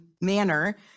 manner